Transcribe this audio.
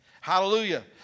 Hallelujah